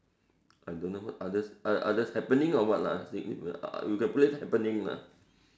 I don't know what others oth~ others happening or what lah you can place happening lah